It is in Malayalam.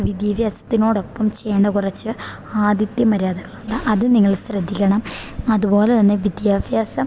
വിദ്യാഭ്യാസത്തിനോടൊപ്പം ചെയ്യേണ്ട കുറച്ച് ആതിഥ്യമര്യാദകളുണ്ട് അത് നിങ്ങൾ ശ്രദ്ധിക്കണം അതുപോലെ തന്നെ വിദ്യാഭ്യാസം